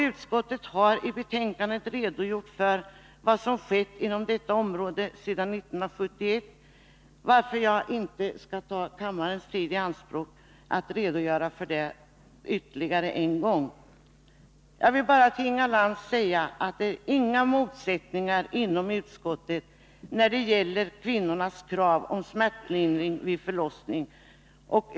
Utskottet har i sitt betänkande redovisat vad som skett på detta område sedan 1971, varför jag inte skall ta kammarens tid i anspråk och ännu en gång redogöra för det. Det finns, Inga Lantz, inga motsättningar i utskottet när det gäller kvinnornas krav om smärtlindring vid förlossning.